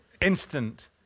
Instant